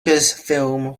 film